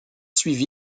suivi